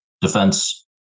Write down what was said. defense